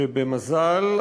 שבמזל,